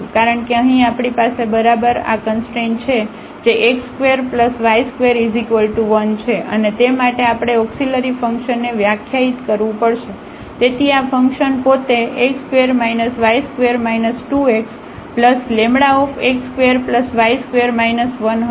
કારણ કે અહીં આપણી પાસે બરાબર આ કંસટ્રેન છે જે x2y21 છે અને તે માટે આપણે ઓક્સીલરી ફંકશનને વ્યાખ્યાયિત કરવું પડશે તેથી તે આ ફંકશન પોતે x2 y2 2xλx2y2 1 હશે